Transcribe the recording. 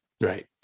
Right